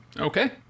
Okay